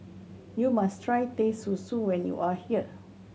you must try Teh Susu when you are here